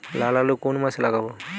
লাল আলু কোন মাসে লাগাব?